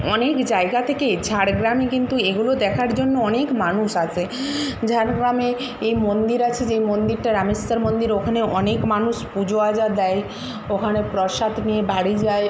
অনেক জায়গা থেকে ঝাড়গ্রামে কিন্তু এগুলো দেখার জন্য অনেক মানুষ আসে ঝাড়গ্রামে এই মন্দির আছে যেই মন্দিরটা রামেশ্বর মন্দির ওখানে অনেক মানুষ পুজো আজা দেয় ওখানে প্রসাদ নিয়ে বাড়ি যায়